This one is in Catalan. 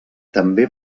també